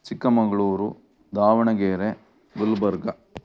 Chikkamagaluru Davanagere Gulbarga